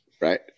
right